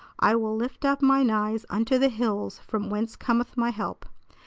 i will lift up mine eyes unto the hills, from whence cometh my help.